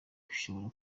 bishobora